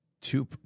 two